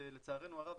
לצערנו הרב,